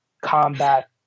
combat